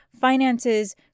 finances